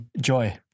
Joy